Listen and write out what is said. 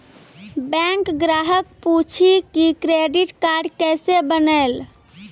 Bank ग्राहक पुछी की क्रेडिट कार्ड केसे बनेल?